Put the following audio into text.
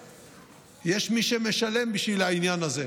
ויש מי שמשלם בשביל העניין הזה.